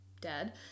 dead